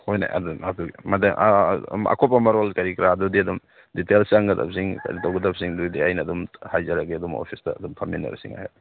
ꯍꯣꯏꯅꯦ ꯑꯗꯨꯝ ꯃꯗꯨꯒꯤ ꯑꯀꯨꯞꯄ ꯃꯔꯣꯜ ꯀꯔꯤ ꯀꯔꯥꯗꯨꯗꯤ ꯑꯗꯨꯝ ꯗꯤꯇꯦꯜꯁ ꯆꯪꯒꯗꯕꯁꯤꯡ ꯑꯩꯈꯣꯏꯅ ꯇꯧꯒꯗꯕꯁꯤꯡꯗꯨꯗꯤ ꯑꯩꯅ ꯑꯗꯨꯝ ꯍꯥꯏꯖꯔꯒꯦ ꯑꯗꯨꯝ ꯑꯣꯐꯤꯁꯇ ꯑꯗꯨꯝ ꯐꯝꯃꯤꯟꯅꯔꯁꯤ ꯉꯥꯏꯍꯥꯛ